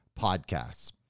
podcasts